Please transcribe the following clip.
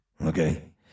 okay